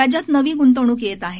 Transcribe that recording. राज्यात नवी ग्ंतवणूक येत आहे